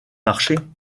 marchés